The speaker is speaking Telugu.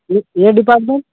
A department